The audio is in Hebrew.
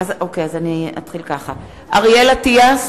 (קוראת בשמות חברי הכנסת) אריאל אטיאס,